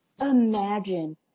imagine